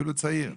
אפילו צעיר,